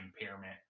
impairment